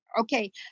Okay